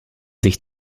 sich